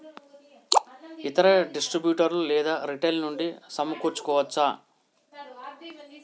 ఇతర డిస్ట్రిబ్యూటర్ లేదా రిటైలర్ నుండి సమకూర్చుకోవచ్చా?